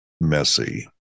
messy